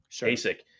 basic